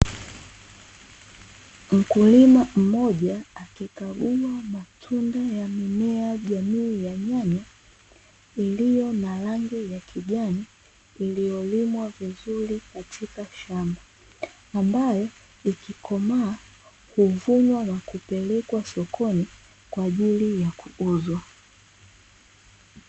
Mkulima mmoja akikagua matunda ya mimea jamii ya nyanya iliyo na rangi ya kijani, iliyolimwa vizuri katika shamba. Ambayo ikikomaa, huvunwa na kupelekwa sokoni kwa ajili ya kuuzwa.